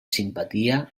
simpatia